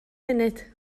funud